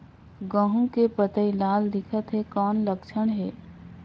गहूं के पतई लाल दिखत हे कौन लक्षण हे?